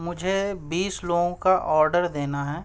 مجھے بیس لوگوں کا آرڈر دینا ہے